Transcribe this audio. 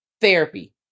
Therapy